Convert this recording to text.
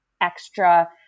extra